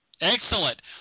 Excellent